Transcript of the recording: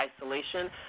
isolation